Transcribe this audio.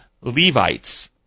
Levites